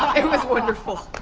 it was wonderful.